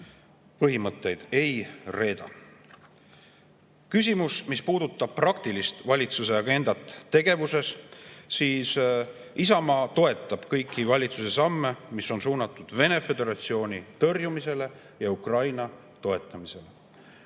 põhimõtteid ei reeda! Küsimus, mis puudutab praktilist valitsuse agendat tegevuses, siis Isamaa toetab kõiki valitsuse samme, mis on suunatud Venemaa Föderatsiooni tõrjumisele ja Ukraina toetamisele.